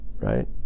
right